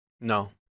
No